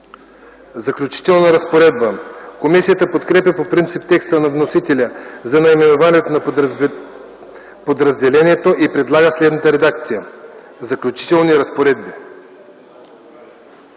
„Заключителна разпоредба”. Комисията подкрепя по принцип текста на вносителя за наименованието на подразделението и предлага следната редакция: „Заключителни разпоредби”.